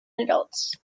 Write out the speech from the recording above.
adults